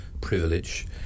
privilege